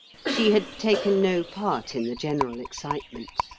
she had taken no part in the general excitement,